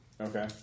Okay